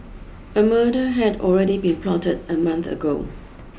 a murder had already been plotted a month ago